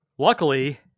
Luckily